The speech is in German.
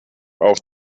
auch